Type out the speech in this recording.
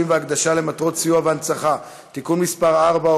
והקדשה למטרות סיוע והנצחה) (תיקון מס' 4,